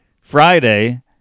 Friday